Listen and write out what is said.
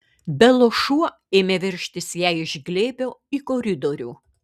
belos šuo ėmė veržtis jai iš glėbio į koridorių